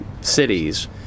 cities